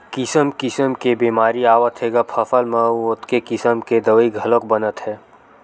किसम किसम के बेमारी आवत हे ग फसल म अउ ओतके किसम के दवई घलोक बनत हे